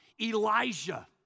Elijah